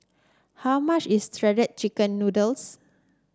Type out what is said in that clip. how much is Shredded Chicken Noodles